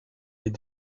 est